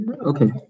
Okay